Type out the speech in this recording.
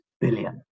billion